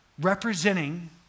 Representing